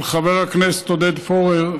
של חבר הכנסת עודד פורר,